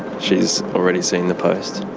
she's already seen the post.